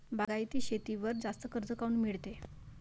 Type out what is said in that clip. बागायती शेतीवर जास्त कर्ज काऊन मिळते?